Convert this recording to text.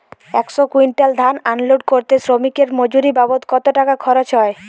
একশো কুইন্টাল ধান আনলোড করতে শ্রমিকের মজুরি বাবদ কত টাকা খরচ হয়?